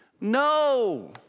No